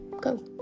go